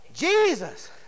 Jesus